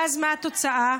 ואז, מה התוצאה?